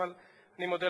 אבל אני מודה לך